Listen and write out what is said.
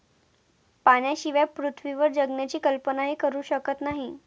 पाण्याशिवाय पृथ्वीवर जगण्याची कल्पनाही करू शकत नाही